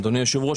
אדוני היושב-ראש,